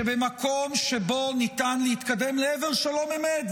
שבמקום שבו ניתן להתקדם לעבר שלום אמת,